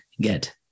get